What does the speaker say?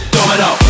Domino